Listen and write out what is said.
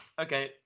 okay